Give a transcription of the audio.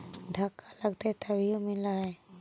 धक्का लगतय तभीयो मिल है?